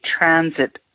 transit